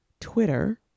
Twitter